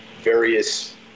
various